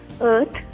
earth